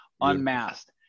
Unmasked